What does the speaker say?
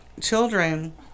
Children